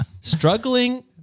struggling